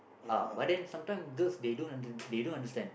uh but then sometimes girls they don't under~ they don't understand